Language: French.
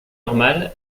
normal